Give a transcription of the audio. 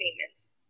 payments